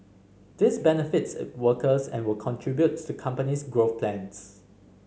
this benefits its workers and will contribute to the company's growth plans